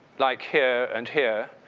like here and here,